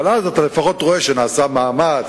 אבל אז אתה לפחות רואה שנעשה מאמץ,